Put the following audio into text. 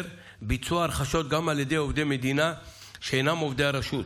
ביצוע הרכשות גם על ידי עובדי מדינה שאינם עובדי הרשות.